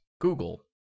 Google